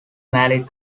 married